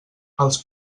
els